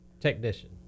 technician